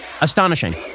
Astonishing